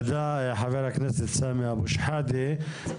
תודה חבר הכנסת סמי אבו שחאדה.